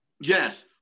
Yes